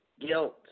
guilt